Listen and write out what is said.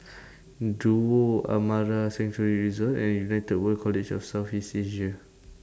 Duo Amara Sanctuary Resort and United World College of South East Asia